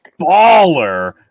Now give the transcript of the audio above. baller